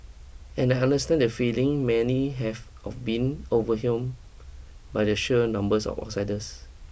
and I understand the feeling many have of being overwhelm by the sheer numbers of outsiders